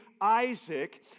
Isaac